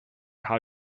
how